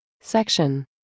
Section